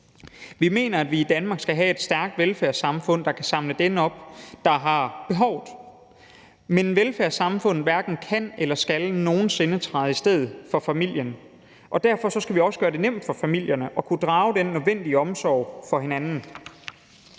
Vi mener, at vi i Danmark skal have et stærkt velfærdssamfund, der kan samle dem op, der har behov for det, men velfærdssamfundet hverken kan eller skal nogen sinde træde i stedet for familien, og derfor skal vi også gøre det nemt for familierne at kunne drage den nødvendige omsorg for hinanden,